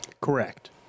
Correct